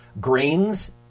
Grains